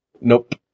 Nope